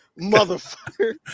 motherfucker